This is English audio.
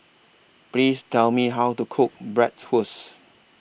Please Tell Me How to Cook Bratwurst